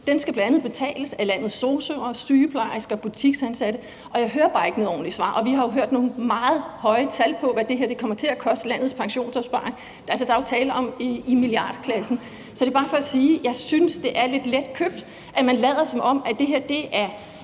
skal betales af landets sosu'er, sygeplejersker og butiksansatte, og jeg hører bare ikke noget ordentligt svar. Vi har hørt nogle meget høje tal for, hvad det her kommer til at koste landets pensionsopsparere, og der er jo tale om milliarder. Så det er bare for at sige, at jeg synes, det er lidt letkøbt, at man lader, som om det her er en